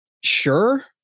sure